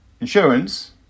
insurance